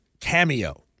Cameo